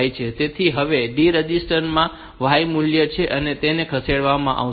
તેથી હવે D register માં y મૂલ્ય છે તેને અહીં ખસેડવામાં આવશે